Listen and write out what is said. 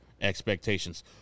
expectations